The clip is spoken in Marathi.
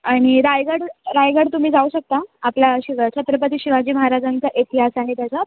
आणि रायगड रायगड तुम्ही जाऊ शकता आपला शिव छत्रपती शिवाजी महाराजांचा इतिहास आहे त्याचं